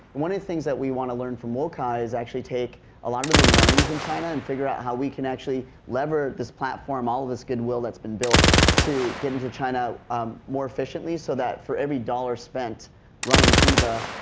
one of the things we wanna learn from wokai is actually take a lot of of the learningis in china and figure out how we can actually lever this platform, all of this goodwill, thatis been built to get into china um more efficiently so that for every dollar spent running kiva,